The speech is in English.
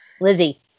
Lizzie